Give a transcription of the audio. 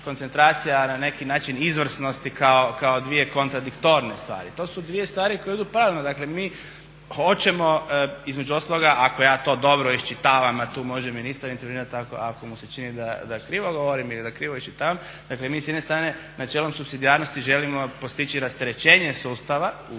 na neki način izvrsnosti kao dvije kontradiktorne stvari. To su dvije stvari koje idu paralelno, dakle mi hoćemo između ostaloga ako ja to dobro iščitavam, a tu može ministar intervenirati ako mu se čini da krivo govorili ili da krivo iščitava, dakle mi s jedne strane načelom supsidijarnosti želimo postići rasterećenje sustava u